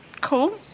Cool